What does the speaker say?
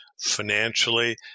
Financially